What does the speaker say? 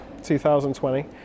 2020